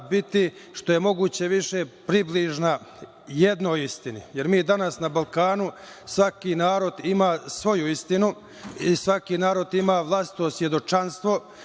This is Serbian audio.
biti što je moguće više približna jednoj istini, jer danas na Balkanu svaki narod ima svoju istinu i svaki narod ima vlastito svedočanstvo